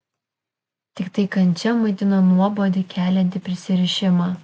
tiktai kančia maitino nuobodį keliantį prisirišimą